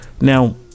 Now